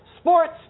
Sports